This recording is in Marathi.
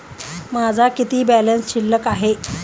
माझा किती बॅलन्स शिल्लक आहे?